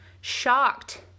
shocked